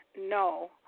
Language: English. No